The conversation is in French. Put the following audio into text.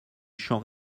champ